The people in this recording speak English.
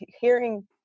hearing